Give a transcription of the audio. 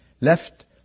left